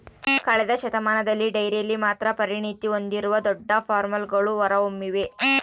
ಕಳೆದ ಶತಮಾನದಲ್ಲಿ ಡೈರಿಯಲ್ಲಿ ಮಾತ್ರ ಪರಿಣತಿ ಹೊಂದಿರುವ ದೊಡ್ಡ ಫಾರ್ಮ್ಗಳು ಹೊರಹೊಮ್ಮಿವೆ